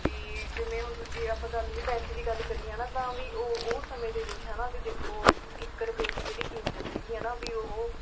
ਵੀ ਜਿਵੇਂ ਹੁਣ ਦੂਜੇ ਆਪਾਂ ਗੱਲ ਜੇ ਪੈਸੇ ਦੀ ਗੱਲ ਕਰੀਏ ਹੈ ਨਾ ਤਾਂ ਵੀ ਉਹ ਉਹ ਸਮੇਂ ਦੇ ਵਿੱਚ ਹੈ ਨਾ ਵੀ ਦੇਖੋ ਇੱਕ ਰੁਪਏ ਦੀ ਜਿਹੜੀ ਕੀਮਤ ਸੀਗੀ ਹੈ ਨਾ ਵੀ ਉਹ